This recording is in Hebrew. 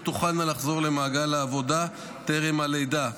תוכלנה לחזור למעגל העבודה טרם הלידה,